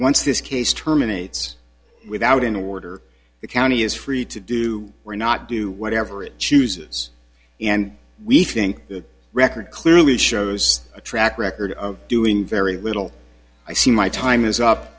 once this case terminates without in order the county is free to do were not do whatever it chooses and we think the record clearly shows a track record of doing very little i see my time is